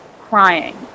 crying